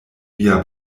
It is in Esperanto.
via